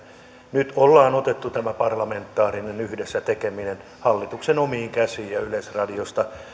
nyt ollaan otettu tämä parlamentaarinen yhdessä tekeminen hallituksen omiin käsiin ja